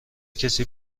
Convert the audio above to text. کسی